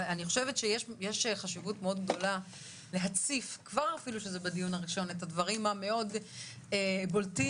יש חשיבות מאוד גדולה להציף את הדברים הבולטים,